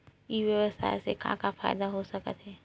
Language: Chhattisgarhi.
ई व्यवसाय से का का फ़ायदा हो सकत हे?